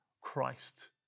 Christ